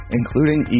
including